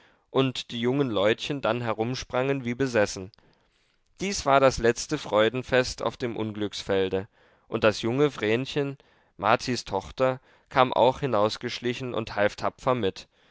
und die jungen leutchen dann herumsprangen wie besessen dies war das letzte freudenfest auf dem unglücksfelde und das junge vrenchen martis tochter kam auch hinausgeschlichen und half tapfer mit